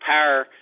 Power